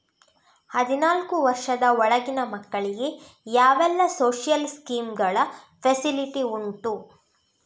ಹದಿನಾಲ್ಕು ವರ್ಷದ ಒಳಗಿನ ಮಕ್ಕಳಿಗೆ ಯಾವೆಲ್ಲ ಸೋಶಿಯಲ್ ಸ್ಕೀಂಗಳ ಫೆಸಿಲಿಟಿ ಉಂಟು?